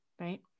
right